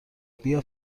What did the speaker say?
بیا